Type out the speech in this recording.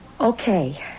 Okay